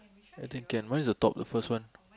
I think can mine is the top the first one